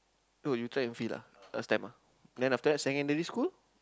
no you track and field ah last time ah then after that secondary school